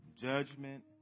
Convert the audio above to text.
judgment